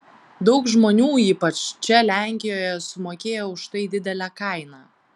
daug žmonių ypač čia lenkijoje sumokėjo už tai didelę kainą